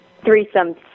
threesome